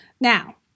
Now